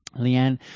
Leanne